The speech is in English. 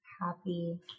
happy